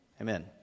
Amen